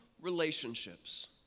relationships